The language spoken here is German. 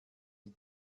die